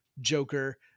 Joker